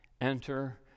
enter